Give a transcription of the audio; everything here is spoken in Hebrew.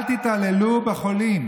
אל תתעללו בחולים.